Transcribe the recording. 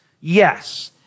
yes